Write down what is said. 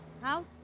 house